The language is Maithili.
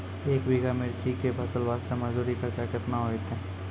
एक बीघा मिर्ची के फसल वास्ते मजदूरी खर्चा केतना होइते?